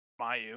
Mayu